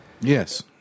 Yes